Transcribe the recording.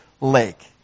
lake